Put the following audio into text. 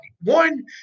One